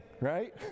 right